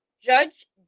Judge